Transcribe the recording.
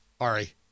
Ari